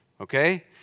Okay